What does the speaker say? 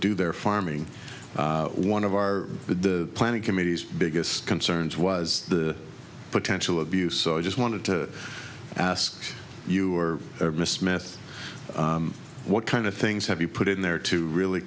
do their farming one of our the planning committee's biggest concerns was the potential abuse so i just wanted to ask you were there miss meth what kind of things have you put in there to really